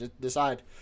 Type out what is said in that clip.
decide